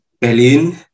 Berlin